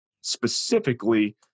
specifically